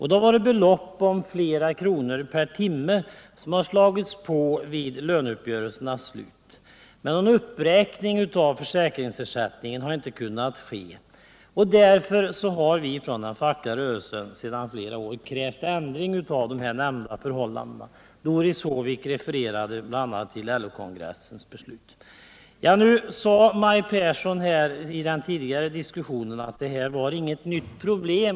Det har varit belopp om flera kronor per timme som slagits på vid löneuppgörelsens slut. Men någon uppräkning av försäkringsersättningen har inte kunnat ske. Därför har vi från den fackliga rörelsen i flera år krävt en ändring av dessa förhållanden. Doris Håvik refererade bl.a. till LO-kongressens beslut. Maj Pehrsson sade att det här inte var något nytt problem.